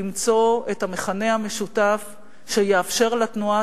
למצוא את המכנה המשותף שיאפשר לתנועה